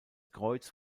kreuz